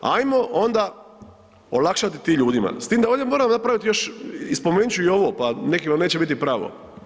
Ajmo onda olakšati tim ljudima s tim da ovdje moram napravit još i spomenut ću i ovo, pa nekima neće biti pravo.